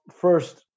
first